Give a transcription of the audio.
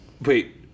wait